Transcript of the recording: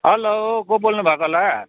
hello को बोल्नुभएको होला